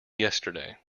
yesterday